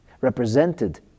represented